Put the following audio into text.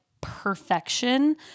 perfection